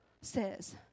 says